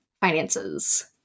finances